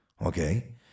Okay